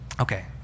Okay